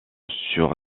sur